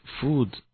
food